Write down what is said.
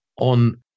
on